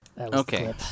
Okay